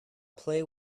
play